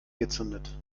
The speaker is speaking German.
gezündet